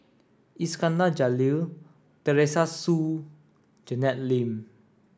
Iskandar Jalil Teresa Hsu Janet Lim